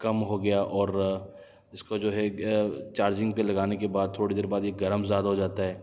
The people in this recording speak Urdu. کم ہو گیا اور اس کا جو ہے چارجنگ پہ لگانے کے بعد تھوڑی دیر بعد یہ گرم زیادہ ہو جاتا ہے